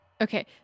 Okay